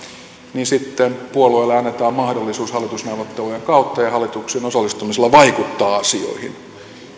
niin sitten puolueelle annetaan mahdollisuus hallitusneuvottelujen kautta ja ja hallitukseen osallistumisella vaikuttaa asioihin